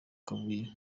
kabuye